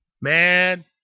Man